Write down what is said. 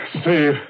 steve